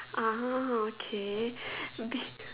(uh huh) okay